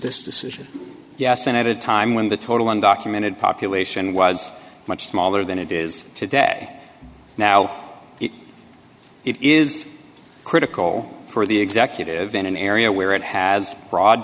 this decision yes and at a time when the total undocumented population was much smaller than it is today now it is critical for the executive in an area where it has broad